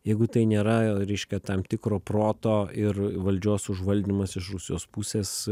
jeigu tai nėra reiškia tam tikro proto ir valdžios užvaldymas iš rusijos pusės